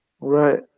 Right